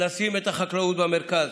לשים את החקלאות במרכז,